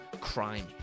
crime